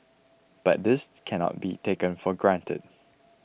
but this cannot be taken for granted